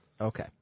Okay